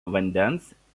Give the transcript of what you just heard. vandens